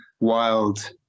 wild